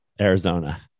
Arizona